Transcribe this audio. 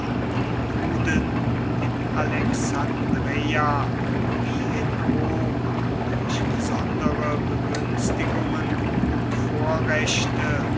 die juden in alexandreia wie in rom durch besondere begünstigungen und vorrechte